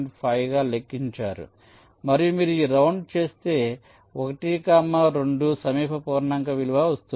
5 గా లెక్కించారు మరియు మీరు ఒక రౌండ్ చేస్తే 1 కామా 2 సమీప పూర్ణాంక విలువకు వస్తుంది